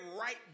right